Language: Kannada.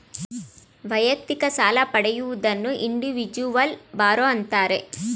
ವೈಯಕ್ತಿಕ ಸಾಲ ಪಡೆಯುವುದನ್ನು ಇಂಡಿವಿಜುವಲ್ ಬಾರೋ ಅಂತಾರೆ